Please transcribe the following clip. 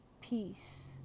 peace